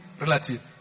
relative